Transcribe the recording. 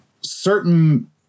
certain